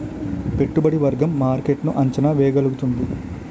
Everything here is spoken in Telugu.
పెట్టుబడి వర్గం మార్కెట్ ను అంచనా వేయగలుగుతుంది